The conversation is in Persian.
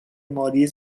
مالی